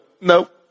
nope